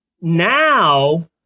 now